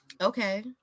Okay